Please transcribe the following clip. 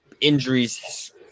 Injuries